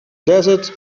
desert